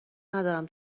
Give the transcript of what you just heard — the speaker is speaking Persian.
ندارم